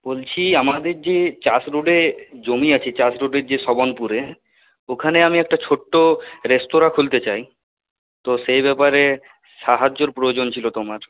বলছি আমাদের যে চাস রুটে জমি আছে চাস রুটের যে সবনপুরে ওখানে আমি একটা ছোট্ট রেস্তোরাঁ খুলতে চাই তো সেই ব্যাপারে সাহায্যর প্রয়োজন ছিল তোমার